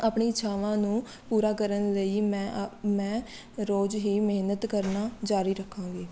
ਆਪਣੀ ਇੱਛਾਵਾਂ ਨੂੰ ਪੂਰਾ ਕਰਨ ਲਈ ਮੈਂ ਮੈਂ ਰੋਜ਼ ਹੀ ਮਿਹਨਤ ਕਰਨਾ ਜ਼ਾਰੀ ਰੱਖਾਂਗੀ